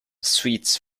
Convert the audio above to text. sweets